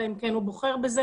אלא אם הוא בוחר בזה,